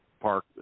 park